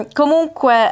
comunque